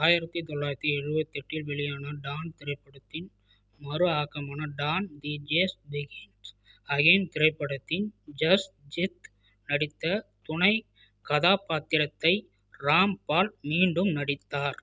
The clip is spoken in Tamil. ஆயிரத்து தொள்ளாயிரத்து எழுபத்தி எட்டில் வெளியான டான் திரைப்படத்தின் மறு ஆக்கமான Don the chase begins again திரைப்படத்தின் ஜஸ்ஜித் நடித்த துணைக் கதாப்பாத்திரத்தை ராம்பால் மீண்டும் நடித்தார்